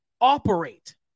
operate